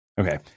Okay